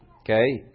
Okay